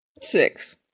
Six